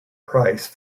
price